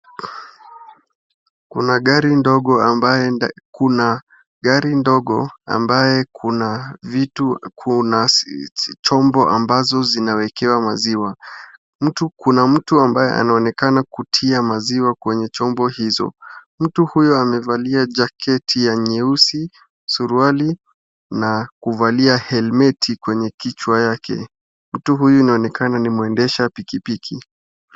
Kuna gari ndogo ambaye kuna vitu, kuna chombo ambazo zinawekewa maziwa. Kuna mtu ambaye anaonekana kutia maziwa kwenye chombo hizo. Mtu huyo amevalia jaketi ya nyeusi, suruali na kuvalia helmeti kwenye kichwa yake. Mtu huyu inaonekana ni mwendesha pikipiki.